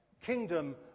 kingdom